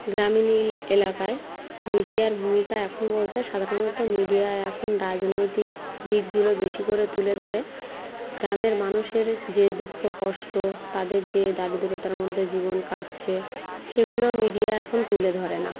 গ্রামীণ এই এলাকায় মিডিয়ার ভূমিকা এখন বলতে সাধারণত মিডিয়া এখন রাজনৈতিক দিকগুলো বেশি করে তুলে ধরে গ্রামের মানুষের যে দুঃখ কষ্ট তাদের যে দারিদ্রতার মধ্যে জীবন কাটছে সেগুলো মিডিয়া এখন তুলে ধরে না